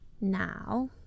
Now